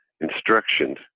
instructions